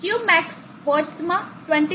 Qmax વોટ્સમાં 25